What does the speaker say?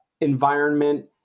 environment